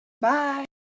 Bye